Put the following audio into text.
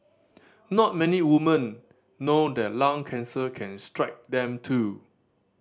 not many women know that lung cancer can strike them too